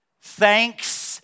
Thanks